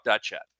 Chat